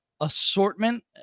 assortment